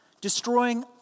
destroying